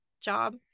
job